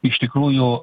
iš tikrųjų